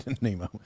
Nemo